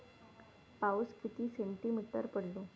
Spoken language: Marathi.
पाऊस किती सेंटीमीटर पडलो?